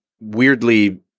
weirdly